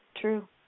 true